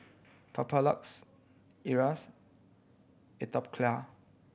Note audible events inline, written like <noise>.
Papulex <unintelligible> Atopiclair